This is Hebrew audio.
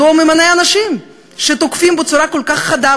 מדוע הוא ממנה אנשים שתוקפים בצורה כל כך חדה,